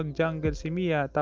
and jungle so um yeah that